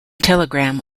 telegram